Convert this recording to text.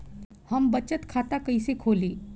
हम बचत खाता कइसे खोलीं?